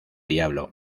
diablo